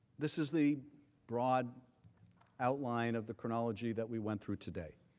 this is the broad outline of the chronology that we went through today.